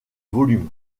volumes